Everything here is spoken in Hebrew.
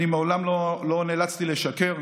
מעולם לא נאלצתי לשקר.